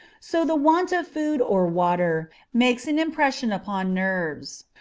so the want of food or water makes an impression upon nerves,